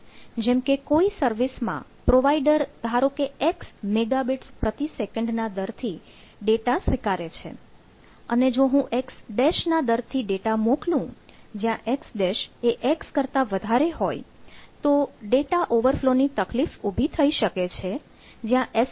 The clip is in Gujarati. જેમ કે કોઈ સર્વિસમાં પ્રોવાઇડર ધારો કે x મેગાબીટ્સ પ્રતિ સેકન્ડ ના દર થી ડેટા સ્વીકારે છે અને જો હું x' ના દર થી ડેટા મોકલું જ્યાં x' એ x કરતા વધારે હોય તો ડેટા ઓવરફ્લો ની તકલીફ ઉભી થઇ શકે છે જ્યાં એસ